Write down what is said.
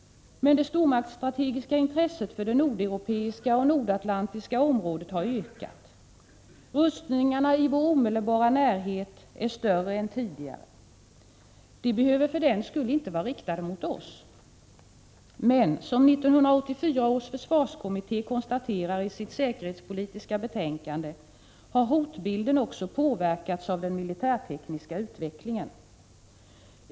Men det stormaktsstrategiska intresset för det nordeuropeiska och nordatlantiska området har ökat. Rustningarna i vår omedelbara närhet är större än tidigare. De behöver för den skull inte vara riktade mot oss. Men, som 1984 års försvarskommitté konstaterar i sitt säkerhetspolitiska betänkande, har hotbilden också påverkats av den militärtekniska utvecklingen.